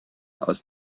aus